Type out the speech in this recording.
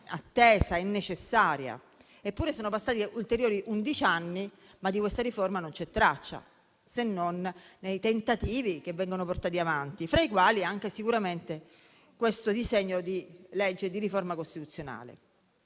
attesa e necessaria. Eppure sono passati undici anni e di questa riforma non c'è traccia, se non nei tentativi che vengono portati avanti, fra i quali c'è anche questo disegno di legge di riforma costituzionale.